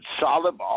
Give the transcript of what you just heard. solid